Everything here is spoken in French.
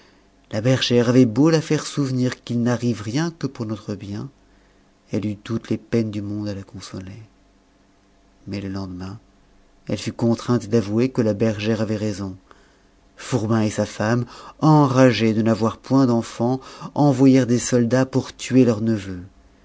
la bergère avait beau la faire souvenir qu'il n'arrive rien que pour notre bien elle eut toutes les peines du monde à la consoler mais le lendemain elle fut contrainte d'avouer que la bergère avait raison fourbin et sa femme enragés de n'avoir point d'enfants envoyèrent des soldats pour tuer leur neveu